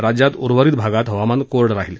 राज्यात उर्वरित भागात हवामान कोरडं राहील